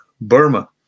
Burma